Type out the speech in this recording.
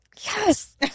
yes